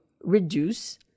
reduce